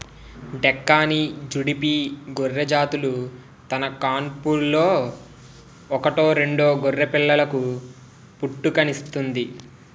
డెక్కాని, జుడిపి గొర్రెజాతులు తన కాన్పులో ఒకటో రెండో గొర్రెపిల్లలకు పుట్టుకనిస్తుంది